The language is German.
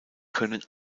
können